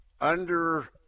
under-